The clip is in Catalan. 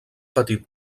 petit